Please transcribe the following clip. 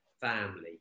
family